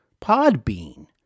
Podbean